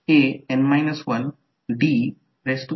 जर दोन्ही करंट डॉटमध्ये प्रवेश करतात तर ते चिन्ह असेल